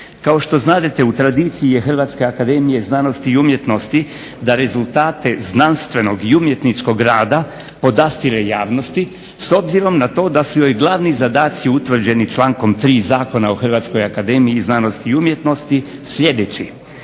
Kao što znadete u tradiciji je Hrvatske akademije znanosti i umjetnosti da rezultate znanstvenog i umjetničkog rada podastire javnosti s obzirom da su joj glavni zadaci utvrđeni člankom 3. Zakona o Hrvatskoj akademiji znanosti i umjetnosti sljedeći: